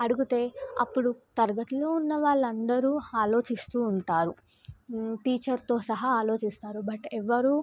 అడిగితే అప్పుడు తరగతిలో ఉన్న వాళ్ళందరూ ఆలోచిస్తూ ఉంటారు టీచర్తో సహా ఆలోచిస్తారు బట్ ఎవ్వరూ